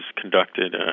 conducted